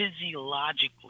physiologically